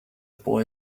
boy